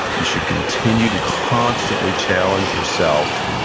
you should continue to constantly challenge yourself,